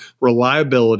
reliability